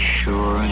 sure